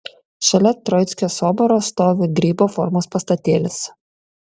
šalia troickio soboro stovi grybo formos pastatėlis